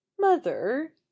Mother